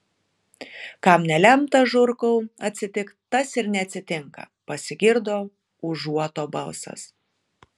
kam nelemta žurkau atsitikt tas ir neatsitinka pasigirdo užuoto balsas